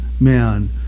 man